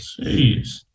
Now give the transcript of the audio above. jeez